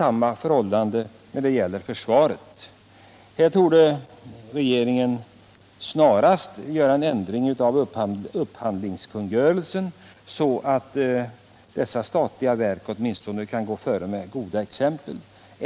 Även försvaret beställer beklädnadsvaror i utlandet. Regeringen borde snarast företa en ändring av upphandlingskungörelsen, så att dessa statliga företag kan föregå med gott exempel.